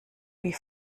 wie